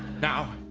now,